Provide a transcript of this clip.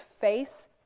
face